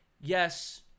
yes